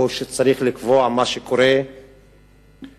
הוא שצריך לקבוע מה שקורה בירושלים,